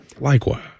Likewise